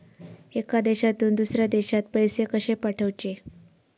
एका देशातून दुसऱ्या देशात पैसे कशे पाठवचे?